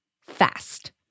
Fast